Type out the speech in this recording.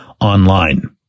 online